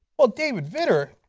ah david vitter,